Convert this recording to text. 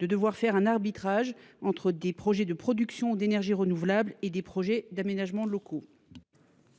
de devoir faire un arbitrage entre des projets, de production d'énergies renouvelables et des projets d'aménagement de locaux.